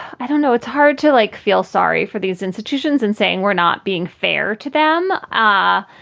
i don't know, it's hard to, like, feel sorry for these institutions and saying we're not being fair to them. ah